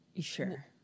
Sure